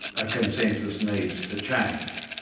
a consensus needs to change.